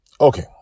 Okay